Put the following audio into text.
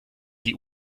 die